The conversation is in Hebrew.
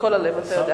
מכל הלב, אתה יודע.